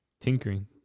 tinkering